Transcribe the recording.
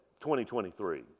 2023